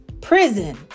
prison